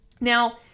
Now